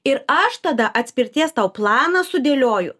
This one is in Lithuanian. ir aš tada atspirties tau planą sudėlioju